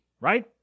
right